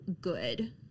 good